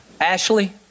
Ashley